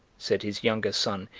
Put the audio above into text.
said his younger son,